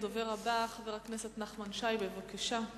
הדובר הבא, חבר הכנסת נחמן שי, בבקשה.